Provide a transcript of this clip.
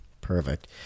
Perfect